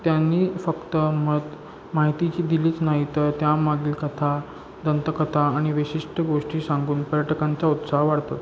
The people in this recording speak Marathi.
त्यांनी फक्त मत माहितीची दिलीच नाही तर त्यामधील कथा दंतकथा आणि विशिष्ट गोष्टी सांगून पर्यटकांचा उत्साह वाढतो